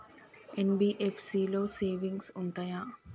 NBFC లో savings ఉంటయా?